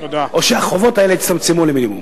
או שהחובות האלה יצטמצמו למינימום.